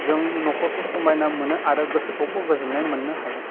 जों न'खरखौ समायना मोनो आरो गोसोखौबो गोजोन्नाय मोन्नो हायो